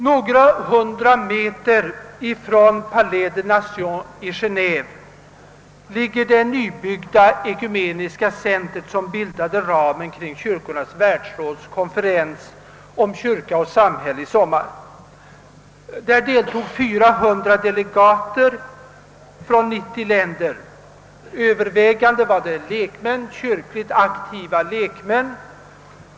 Några hundra meter från Palais des Nations i Genéve ligger det nybyggda ekumeniska center, som utgjorde ramen för en av Kyrkornas världsråd ordnad konferens om »Kyrka och samhälle» i somras. I denna konferens deltog 400 delegater från 90 länder. Det övervägande antalet var kyrkligt aktiva lek män.